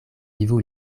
vivu